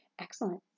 excellent